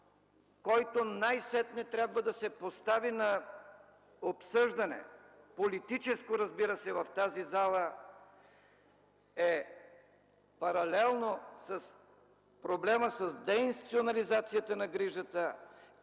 който най-сетне трябва да се постави на обсъждане – политическо, разбира се, в тази зала, паралелно с проблема с деинституционализацията на грижата,